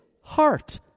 heart